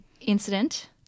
incident